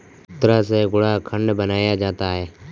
गन्ना से गुड़ खांड बनाया जाता है